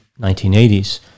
1980s